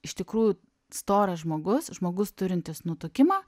iš tikrųjų storas žmogus žmogus turintis nutukimą